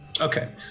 Okay